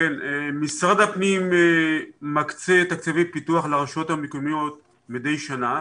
משרד הפנים מקצה תקציבי פיתוח לרשויות המקומיות מדי שנה.